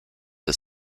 its